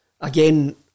again